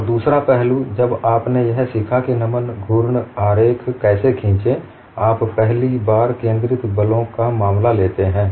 और दूसरा पहलू जब आपने यह सीखा कि नमन घूर्ण आरेख कैसे खींचेंआप पहली बार केंद्रित बलों का मामला लेते हैं